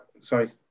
Sorry